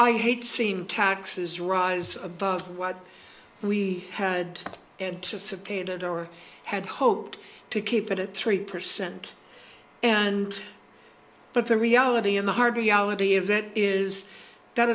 i hate seeing taxes rise above what we had anticipated or had hoped to keep it at three percent and but the reality and the hard reality of that is that